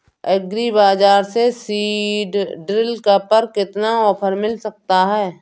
Agree बाजार से seed drill पर कितना ऑफर मिल सकता है?